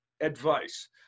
advice